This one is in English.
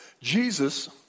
Jesus